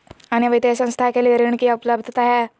अन्य वित्तीय संस्थाएं के लिए ऋण की उपलब्धता है?